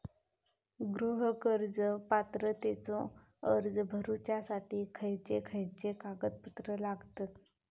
गृह कर्ज पात्रतेचो अर्ज भरुच्यासाठी खयचे खयचे कागदपत्र लागतत?